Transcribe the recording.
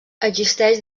existeix